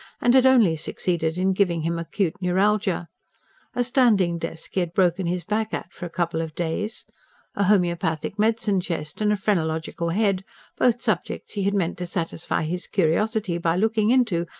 and had only succeeded in giving him acute neuralgia a standing-desk he had broken his back at for a couple of days a homoeopathic medicine-chest and a phrenological head both subjects he had meant to satisfy his curiosity by looking into,